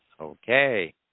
okay